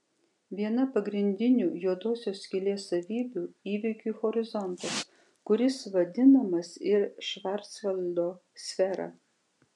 viena pagrindinių juodosios skylės savybių įvykių horizontas kuris vadinamas ir švarcvaldo sfera